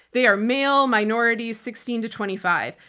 they are male, minorities, sixteen to twenty five.